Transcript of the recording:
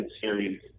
series